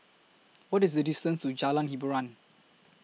What IS The distance to Jalan Hiboran